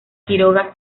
quiroga